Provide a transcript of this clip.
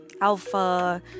alpha